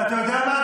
ואתה יודע מה,